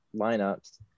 lineups